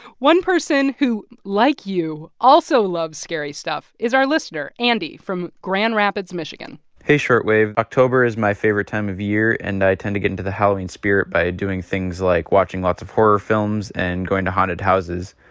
one person, who, like you, also loves scary stuff is our listener, andy, from grand rapids, mich hey, short wave. october is my favorite time of year, and i tend to get into the halloween spirit by doing things like watching lots of horror films and going to haunted houses.